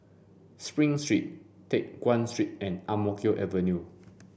Spring Street Teck Guan Street and Ang Mo Kio Avenue